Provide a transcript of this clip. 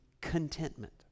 contentment